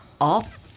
off